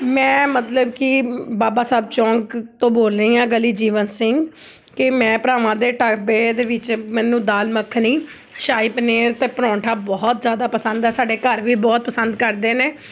ਮੈਂ ਮਤਲਬ ਕਿ ਬਾਬਾ ਸਾਹਿਬ ਚੌਂਕ ਤੋਂ ਬੋਲ ਰਹੀ ਹਾਂ ਗਲੀ ਜੀਵਨ ਸਿੰਘ ਕਿ ਮੈਂ ਭਰਾਵਾਂ ਦੇ ਢਾਬੇ ਦੇ ਵਿੱਚ ਮੈਨੂੰ ਦਾਲ ਮੱਖਣੀ ਸ਼ਾਹੀ ਪਨੀਰ ਅਤੇ ਪਰੌਂਠਾ ਬਹੁਤ ਜ਼ਿਆਦਾ ਪਸੰਦ ਹੈ ਸਾਡੇ ਘਰ ਵੀ ਬਹੁਤ ਪਸੰਦ ਕਰਦੇ ਨੇ